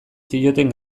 zioten